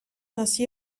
ainsi